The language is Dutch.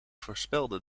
voorspelde